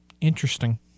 Interesting